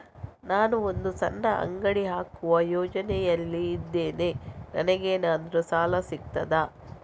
ನಾನು ಒಂದು ಸಣ್ಣ ಅಂಗಡಿ ಹಾಕುವ ಯೋಚನೆಯಲ್ಲಿ ಇದ್ದೇನೆ, ನನಗೇನಾದರೂ ಸಾಲ ಸಿಗ್ತದಾ?